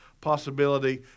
possibility